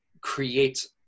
create